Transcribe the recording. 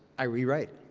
i rewrite.